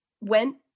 went